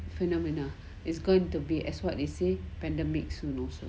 phenomena is going to be as what they say pandemics you knows